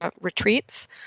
retreats